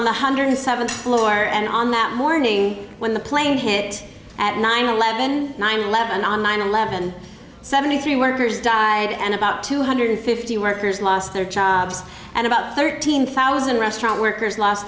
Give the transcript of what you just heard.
the hundred seventh floor and on that morning when the plane hit at nine eleven nine eleven on nine eleven seventy three workers died and about two hundred fifty workers lost their jobs and about thirteen thousand restaurant workers lost